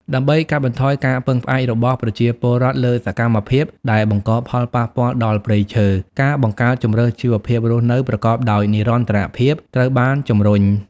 ដើម្បីកាត់បន្ថយការពឹងផ្អែករបស់ប្រជាពលរដ្ឋលើសកម្មភាពដែលបង្កផលប៉ះពាល់ដល់ព្រៃឈើ ការបង្កើតជម្រើសជីវភាពរស់នៅប្រកបដោយនិរន្តរភាពត្រូវបានជំរុញ។